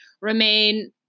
remain